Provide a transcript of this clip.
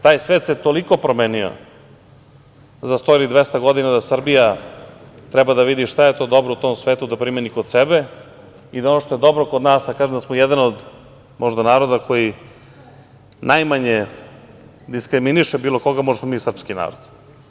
Taj svet se toliko promenio za 100 ili 200 godina da Srbija treba da vidi šta je to dobro u tom svetu da primeni kod sebe i da ono što je dobro kod nas, a kažu da smo jedan od možda naroda koji najmanje diskriminiše bilo koga, pošto smo mi srpski narod.